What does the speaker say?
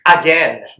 again